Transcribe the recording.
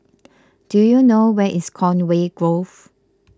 do you know where is Conway Grove